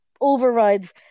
overrides